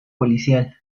policial